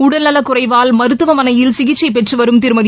உடல்நலக் குறைவால் மருத்துவமனையில் சிகிச்சை பெற்று வரும் திருமதி